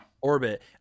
orbit